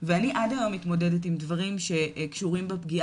ואני עד היום מתמודדת עם דברים שקשורים בפגיע